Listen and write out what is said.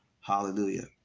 Hallelujah